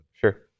Sure